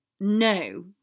No